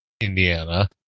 Indiana